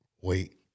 wait